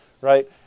right